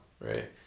Right